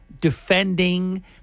defending